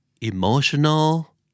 emotional